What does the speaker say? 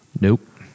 Nope